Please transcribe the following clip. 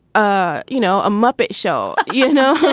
ah you know, a muppet show you know,